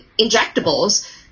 injectables